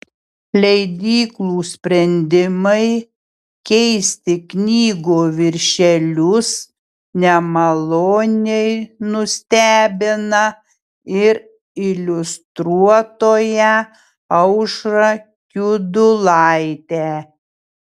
leidyklų sprendimai keisti knygų viršelius nemaloniai nustebina ir iliustruotoją aušrą kiudulaitę